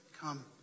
come